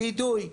באידוי,